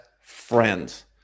friends